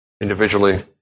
Individually